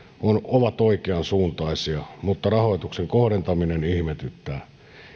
ovat oikeansuuntaisia mutta rahoituksen kohdentaminen ihmetyttää